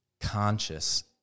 conscious